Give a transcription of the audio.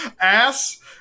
ass